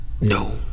no